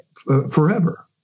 forever